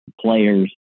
players